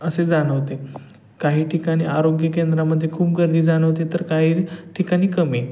असे जाणवते काही ठिकाणी आरोग्य केंद्रामध्ये खूप गर्दी जाणवते तर काही ठिकाणी कमी